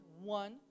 One